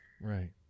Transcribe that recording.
Right